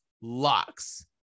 locks